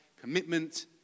commitment